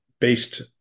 based